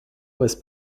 was